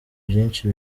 byinshi